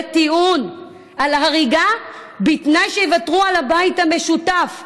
טיעון על הריגה בתנאי שיוותרו על הבית המשותף.